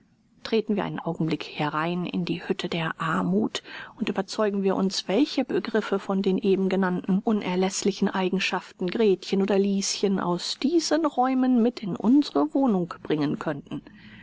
treten wir einen augenblick herein in die hütte der armuth und überzeugen wir uns welche begriffe von den eben genannten unerläßlichen eigenschaften gretchen oder lieschen aus diesen räumen mit in unsere wohnung bringen konnten